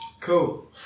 Cool